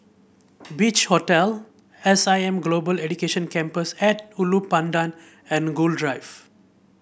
Beach Hotel S I M Global Education Campus at Ulu Pandan and Gul Drive